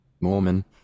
Mormon